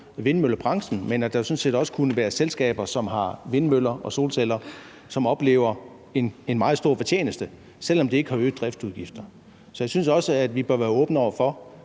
vindmøllebranchen, men at der jo sådan set også kunne være selskaber, som har vindmøller og solceller, som oplever en meget stor fortjeneste, selv om de ikke har øgede driftsudgifter. Så jeg synes også, at vi bør være åbne over for,